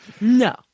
No